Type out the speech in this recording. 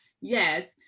Yes